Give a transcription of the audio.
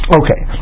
okay